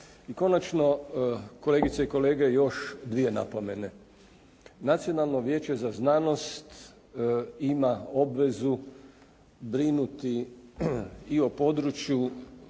I konačno, kolegice i kolege još dvije napomene. Nacionalno vijeće za znanost ima obvezu brinuti i o području